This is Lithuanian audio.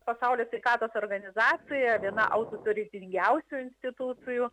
pasaulio sveikatos organizacija viena autotuteretingiausių institucijų